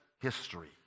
history